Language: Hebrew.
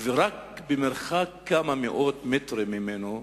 ורק במרחק כמה מאות מטרים ממנו,